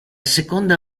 seconda